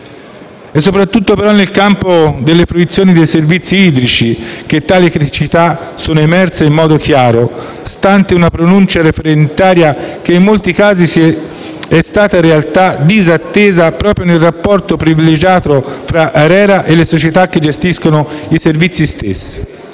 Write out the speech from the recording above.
È soprattutto però nel campo delle fruizioni dei servizi idrici che tali criticità sono emerse in modo chiaro, stante una pronuncia referendaria che, in molti casi, è stata in realtà disattesa proprio nel rapporto privilegiato tra l'ARERA e le società che gestiscono i servizi stessi.